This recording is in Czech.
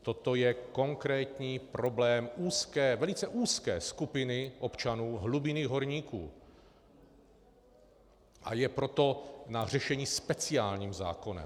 Toto je konkrétní problém úzké, velice úzké skupiny občanů, hlubinných horníků, a je proto na řešení speciálním zákonem.